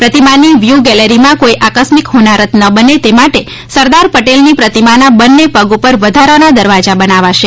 પ્રતિમાની view ગેલેરીમાં કોઇ આકસ્મિક હોનારત ન બને તે માટે સરદાર પટેલની પ્રતિમાના બંને પગ પર વધારાના દરવાજા બનાવાશે